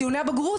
ציוני בגרות.